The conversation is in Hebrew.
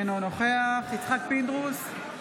אינו נוכח יצחק פינדרוס,